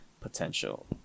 potential